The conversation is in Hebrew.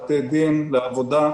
בתי דין לעבודה,